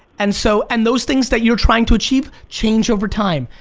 and so and those things that you're trying to achieve, change over time.